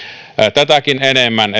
tätäkin enemmän